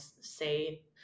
say